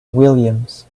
williams